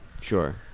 Sure